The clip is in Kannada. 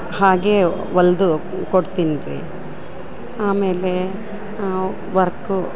ಹಾಗೆ ಹೊಲ್ದು ಕೊಡ್ತಿನಿ ರಿ ಆಮೇಲೆ ವರ್ಕು